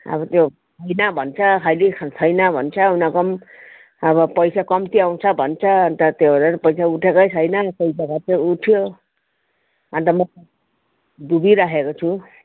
अब त्यो छैन भन्छ अहिले छैन भन्छ उनीहरूको पनि अब पैसा कम्ती आउँछ भन्छ अन्त त्यो भएर पैसा उठेकै छैन कोही जग्गा चाहिँ उठ्यो अन्त म त डुबिराखेको छु